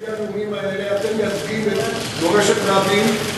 על-פי הנאומים האלה אתם מייצגים את מורשת רבין,